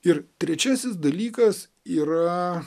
ir trečiasis dalykas yra